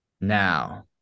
Now